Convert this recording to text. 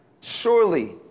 Surely